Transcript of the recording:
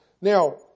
Now